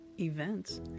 events